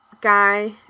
guy